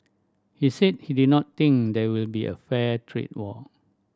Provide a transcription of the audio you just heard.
he said he did not think there will be a fair trade war